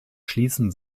schließen